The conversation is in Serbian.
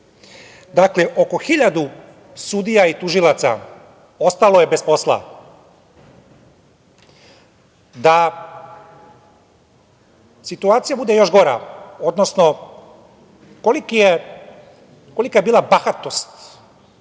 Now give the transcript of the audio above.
Srbiju. Dakle, oko 1.000 sudija i tužilaca ostalo je bez posla. Da situacija bude još gora, odnosno kolika je bila bahatost